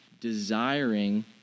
desiring